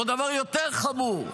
או דבר יותר חמור,